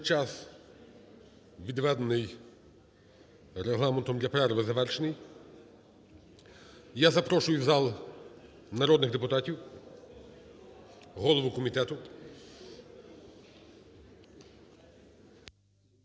Отже, час, відведений Регламентом для перерви, завершений. Я запрошу в зал народних депутатів, голову комітету.